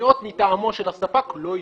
מניעות מטעמו של הספק לא יהיו.